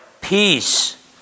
peace